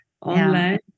online